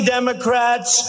Democrats